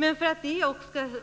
Men för att de